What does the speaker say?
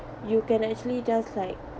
you can actually just like